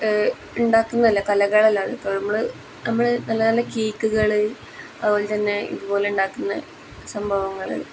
ഉണ്ടാക്കുന്നതല്ല കലകളല്ല അപ്പോൾ നമ്മൾ നമ്മൾ നല്ല നല്ല കേക്കുകൾ അതുപോലെത്തന്നെ ഇതുപോലെ ഉണ്ടാക്കുന്ന സംഭവങ്ങൾ